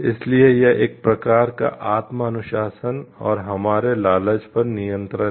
इसलिए यह एक प्रकार का आत्म अनुशासन और हमारे लालच पर नियंत्रण है